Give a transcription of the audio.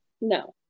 No